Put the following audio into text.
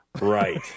Right